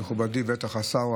מכובדי השר,